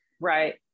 Right